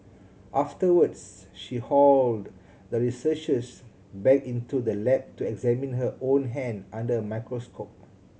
afterwards she hauled the researchers back into the lab to examine her own hand under a microscope